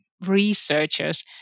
researchers